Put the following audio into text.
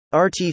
RT